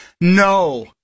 no